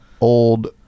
old